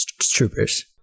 troopers